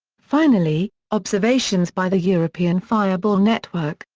finally, observations by the european fireball network,